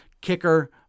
Kicker